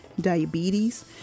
diabetes